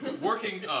Working